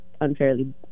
unfairly